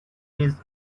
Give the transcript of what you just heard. his